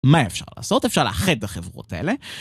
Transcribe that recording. מה אפשר לעשות? אפשר לאחד את החברות האלה